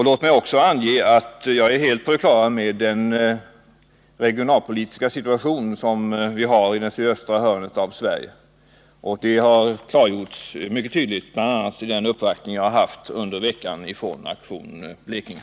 Låt mig också ange att jag är helt på det klara med den regiönalpolitiska situationen i det sydöstra hörnet av Sverige. Den har bl.a. klargjorts mycket tydligt i den uppvaktning jag hade under veckan från Aktion Blekinge.